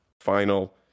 final